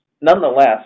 Nonetheless